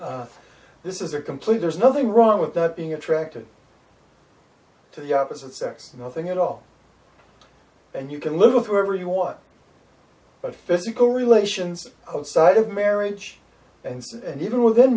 a this is a complete there's nothing wrong with that being attracted to the opposite sex nothing at all and you can live with whatever you want but physical relations outside of marriage and sex and even within